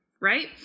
Right